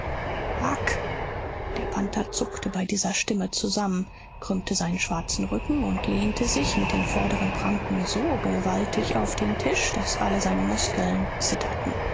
bagh der panther zuckte bei dieser stimme zusammen krümmte seinen schwarzen rücken und lehnte sich mit den vorderen pranken so gewaltig auf den tisch daß alle seine muskeln zitterten